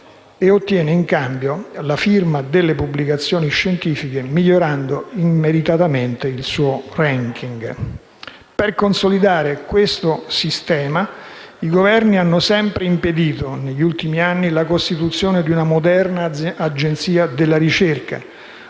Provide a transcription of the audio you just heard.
e ottiene, in cambio, la firma delle pubblicazioni scientifiche, migliorando immeritatamente il suo *ranking*. Per consolidare questo sistema i Governi hanno sempre impedito, negli ultimi anni, la costituzione di una moderna Agenzia della ricerca,